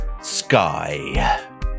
sky